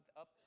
up